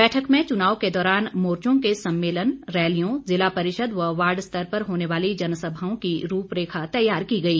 बैठक में चुनाव के दौरान मोर्चों के सम्मेलन रैलियों ज़िला परिषद व वार्ड स्तर पर होने वाली जनसभाओं की रूपरेखा तैयार की गई